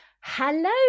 Hello